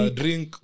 drink